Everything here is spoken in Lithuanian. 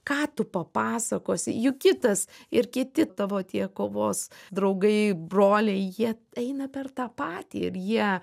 ką tu papasakosi juk kitas ir kiti tavo tie kovos draugai broliai jie eina per tą patį ir jie